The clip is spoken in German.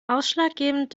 ausschlaggebend